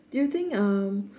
do you think um